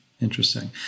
Interesting